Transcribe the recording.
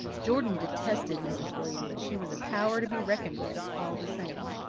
jordan detested mrs. william, but she was a power to be reckoned with, all the same.